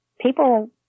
people